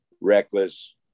reckless